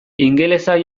ingelesa